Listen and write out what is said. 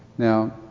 Now